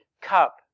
cup